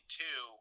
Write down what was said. two